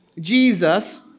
Jesus